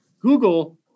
Google